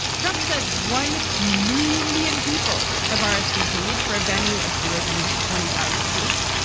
trump says one million people have ah rsvp for a venue of fewer than twenty thousand seats.